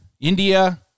India